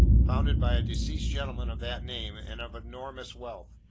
founded by a deceased gentleman of that name and of enormous wealth,